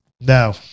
no